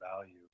value